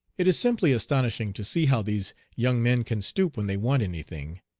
it is simply astonishing to see how these young men can stoop when they want any thing.